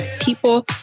people